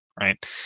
right